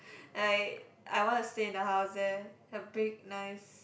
like I want to stay in the house there the big nice